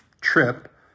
trip